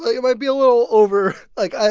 it might be a little over like,